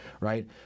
right